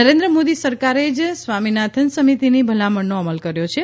નરેન્દ્ર મોદી સરકારે જ સ્વામિનાથન સમિતિની ભલામણોનો અમલ કર્યો છે